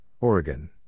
Oregon